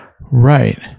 Right